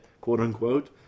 quote-unquote